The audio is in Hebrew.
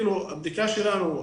הבדיקה שלנו,